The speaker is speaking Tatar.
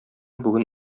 бүген